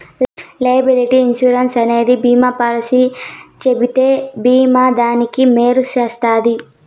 liability insurance అనేది బీమా policy చెబితే బీమా దారానికి మేలు చేస్తది